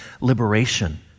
liberation